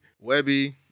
Webby